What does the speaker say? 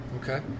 Okay